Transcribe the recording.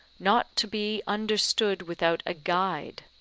not to be understood without a guide.